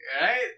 right